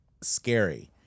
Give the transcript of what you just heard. scary